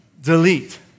delete